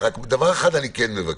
דבר אחד אני כן מבקש,